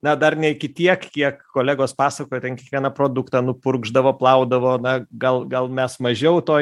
na dar ne iki tiek kiek kolegos pasakojo ten kiekvieną produktą nupurkšdavo plaudavo na gal gal mes mažiau toj